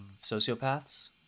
sociopaths